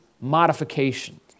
modification